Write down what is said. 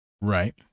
right